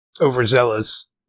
overzealous